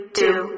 two